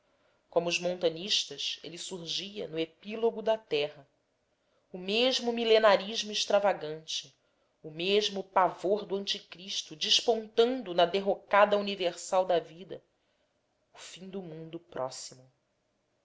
como os montanistas ele surgia no epílogo na terra o mesmo milenarismo extravagante o mesmo pavor do anticristo despontando na derrocada universal da vida o fim do mundo próximo